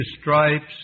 stripes